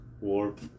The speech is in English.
Warp